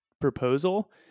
proposal